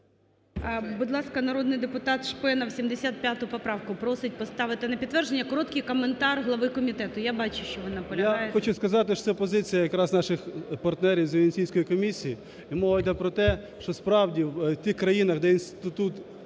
Будь ласка, народний депутат Шпенов 75 поправку просить поставити на підтвердження. Короткий коментар глави комітету. Я бачу, що ви наполягаєте. 11:14:11 КНЯЗЕВИЧ Р.П. Я хочу сказати, що це позиція якраз наших партнерів з Венеційської комісії. І мова йде про те, що справді в тих країнах, де інститут